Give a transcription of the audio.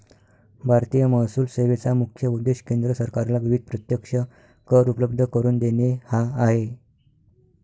भारतीय महसूल सेवेचा मुख्य उद्देश केंद्र सरकारला विविध प्रत्यक्ष कर उपलब्ध करून देणे हा आहे